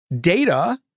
data